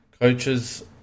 coaches